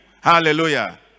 Hallelujah